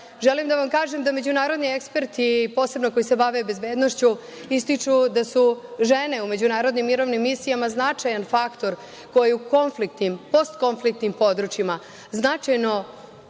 želim da vam kažem da međunarodni eksperti, posebno koji se bave bezbednošću, ističu da su žene u međunarodnim mirovnim misijama značajan faktor koji u konfliktnim, postkonfliktnim područjima značajno